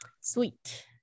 Sweet